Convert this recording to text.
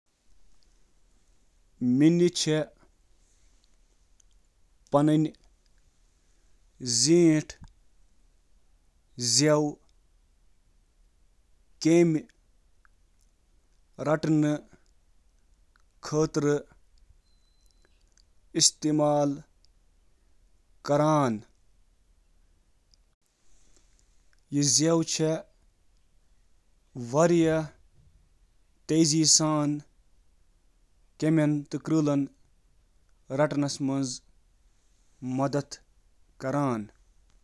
نِنہٕ وٲلۍ چِھ پنٕنۍ زیٹھۍ تہٕ چپچپا زبانہٕ شکار رٹنہٕ خٲطرٕ استعمال کران: تیز لانچ، چپکنہٕ وول تھوک، نرم تہٕ نم تہٕ باقی